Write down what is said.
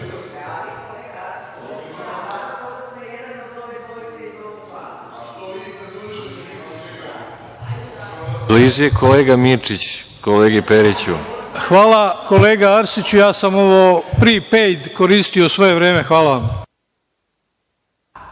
Hvala, kolega Arsiću. Ja sam ovo pripejd koristio svoje vreme. Hvala vam.